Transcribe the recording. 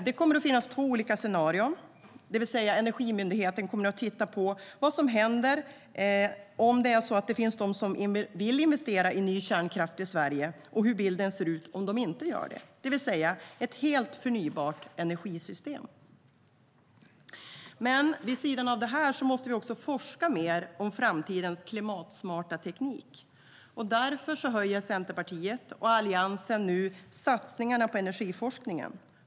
Det kommer att finnas två olika scenarier, det vill säga Energimyndigheten kommer att titta på vad som händer: om det är så att det finns dem som vill investera i ny kärnkraft i Sverige och hur bilden ser ut om de inte gör det, det vill säga ett helt förnybart energisystem. Vid sidan av detta måste vi också forska mer om framtidens klimatsmarta teknik. Därför höjer Centerpartiet och Alliansen nu satsningarna på energiforskningen.